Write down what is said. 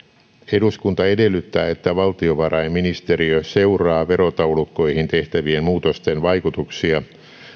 eduskunta edellyttää että valtiovarainministeriö seuraa verotaulukoihin tehtävien muutosten vaikutuksia